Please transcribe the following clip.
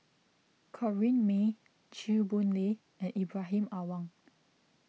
Corrinne May Chew Boon Lay and Ibrahim Awang